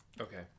Okay